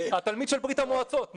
התלמיד של ברית המועצות.